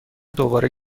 دوباره